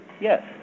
Yes